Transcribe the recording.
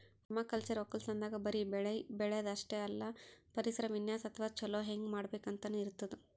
permaculture ವಕ್ಕಲತನ್ದಾಗ್ ಬರಿ ಬೆಳಿ ಬೆಳ್ಯಾದ್ ಅಷ್ಟೇ ಅಲ್ಲ ಪರಿಸರ ವಿನ್ಯಾಸ್ ಅಥವಾ ಛಲೋ ಹೆಂಗ್ ಮಾಡ್ಬೇಕ್ ಅಂತನೂ ಇರ್ತದ್